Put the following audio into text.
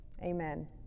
Amen